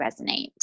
resonate